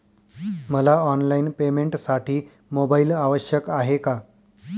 मला ऑनलाईन पेमेंटसाठी मोबाईल आवश्यक आहे का?